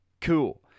cool